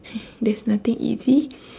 there's nothing easy